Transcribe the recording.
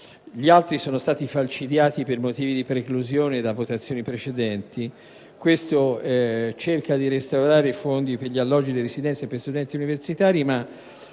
gli altri sono stati falcidiati per motivi di preclusione da votazioni precedenti. L'emendamento in esame cerca di restaurare i fondi per gli alloggi e le residenze per studenti universitari, ma